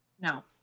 No